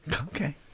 Okay